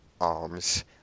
ARMS